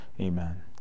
Amen